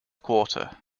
quarter